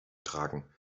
tragen